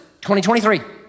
2023